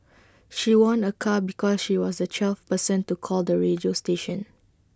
she won A car because she was the twelfth person to call the radio station